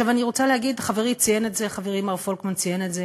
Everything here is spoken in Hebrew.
אני רוצה להגיד, חברי מר פולקמן ציין את זה,